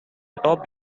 atop